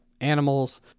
animals